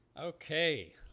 Okay